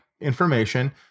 information